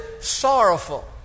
sorrowful